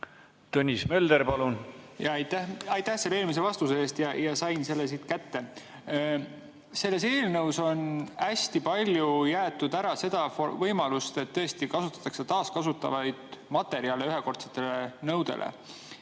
Tõnis Mölder, palun! Aitäh selle eelmise vastuse eest! Sain selle siit kätte. Selles eelnõus on hästi palju jäetud ära seda võimalust, et tõesti kasutataks taaskasutatavaid materjale ühekordsete nõude